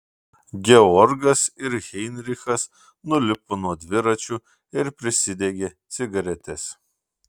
georgas ir heinrichas nulipo nuo dviračių ir prisidegė cigaretes